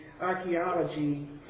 archaeology